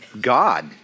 God